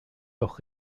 doch